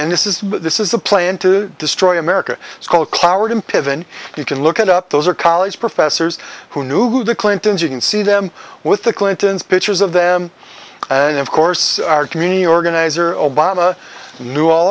in this is this is a plan to destroy america it's called clowery in pivot and you can look it up those are college professors who knew who the clintons you can see them with the clintons pictures of them and of course our community organizer obama knew all